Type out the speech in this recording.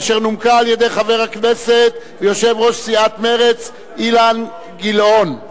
אשר נומקה על-ידי חבר הכנסת ויושב-ראש סיעת מרצ אילן גילאון.